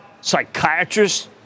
psychiatrist